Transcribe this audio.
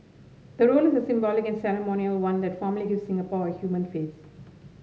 the role is a symbolic and ceremonial one that formally gives Singapore a human face